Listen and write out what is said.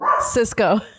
Cisco